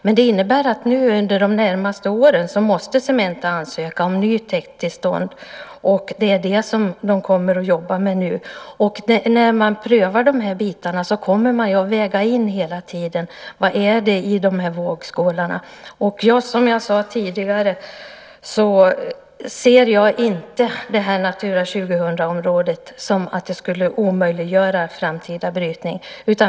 Men det innebär att Cementa under de närmaste åren måste ansöka om nytt täkttillstånd. Det är det de kommer att jobba med nu. När man prövar de här frågorna kommer man hela tiden att väga in vad som finns i vågskålarna. Som jag sade tidigare ser jag inte att Natura 2000-området skulle omöjliggöra framtida brytning.